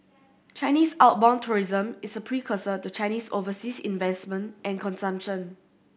Chinese outbound tourism is a precursor to Chinese overseas investment and consumption